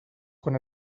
quan